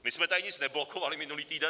My jsme tady nic neblokovali minulý týden.